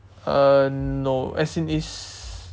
uh no as in it's